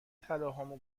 طلاهامو